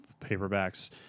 paperbacks